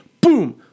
boom